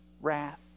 wrath